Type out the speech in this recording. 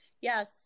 yes